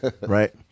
right